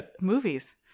movies